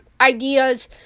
ideas